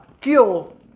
fuel